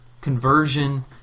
conversion